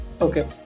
Okay